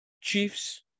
Chiefs